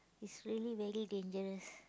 is really very dangerous